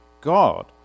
God